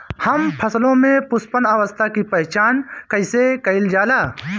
हम फसलों में पुष्पन अवस्था की पहचान कईसे कईल जाला?